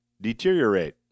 deteriorate